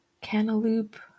cantaloupe